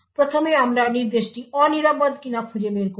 প্রথমে আমরা নির্দেশটি অনিরাপদ কিনা খুঁজে বের করি